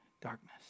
darkness